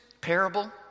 parable